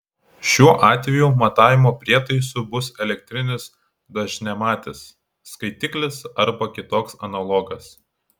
šiuo atveju matavimo prietaisu bus elektrinis dažniamatis skaitiklis arba kitoks analogas